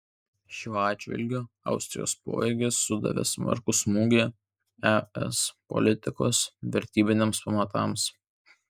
šiuo atžvilgiu austrijos poelgis sudavė smarkų smūgį es politikos vertybiniams pamatams